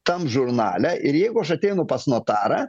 tam žurnale ir jeigu aš ateinu pas notarą